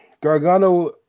Gargano